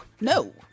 no